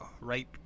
right